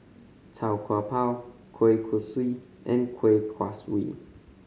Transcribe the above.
Tau Kwa Pau kueh kosui and Kueh Kaswi